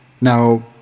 Now